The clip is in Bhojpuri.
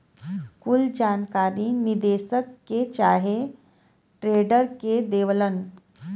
कुल जानकारी निदेशक के चाहे ट्रेडर के देवलन